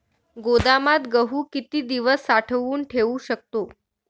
गोदामात गहू किती दिवस साठवून ठेवू शकतो?